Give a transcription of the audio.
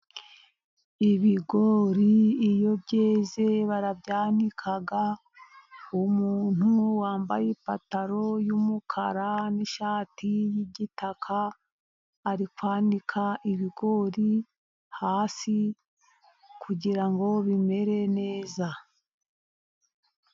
Ibigori iyo byeze barabyanika, umuntu wambaye ipantaro y'umukara n'ishati y'igitaka , ari kwanika ibigori hasi kugirango bimere neza.